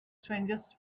strangest